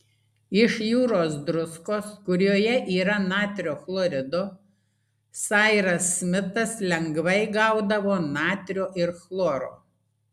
iš jūros druskos kurioje yra natrio chlorido sairas smitas lengvai gaudavo natrio ir chloro